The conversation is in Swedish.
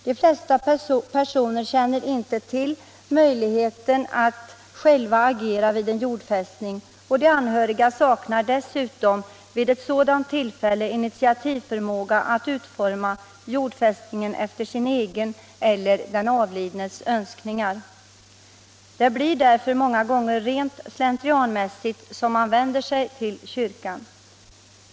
De flesta personer känner inte till möjligheten att själva agera vid en jordfästning, och de anhöriga saknar dessutom vid ett sådant tillfälle initiativförmåga att utforma jordfästningen efter sin egen eller den avlidnes önskningar. Det blir därför många gånger rent slentrianmässigt som man vänder sig till kyrkan.